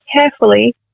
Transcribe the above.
carefully